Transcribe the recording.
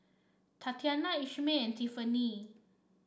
TatiannA Ishmael and Tiffanie